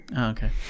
Okay